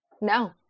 No